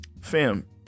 Fam